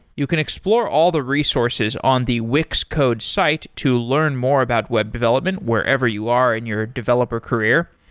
you can explore all the resources on the wix code's site to learn more about web development wherever you are in your developer career.